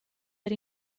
eir